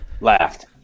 Laughed